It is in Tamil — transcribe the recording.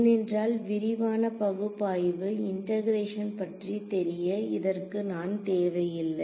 ஏனென்றால் விரிவான பகுப்பாய்வு இண்டெகரேஷன் பற்றி தெரிய இதற்கு நான் தேவையில்லை